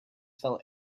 fell